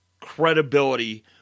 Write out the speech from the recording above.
credibility